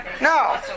No